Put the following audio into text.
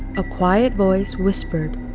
a quiet voice whispered,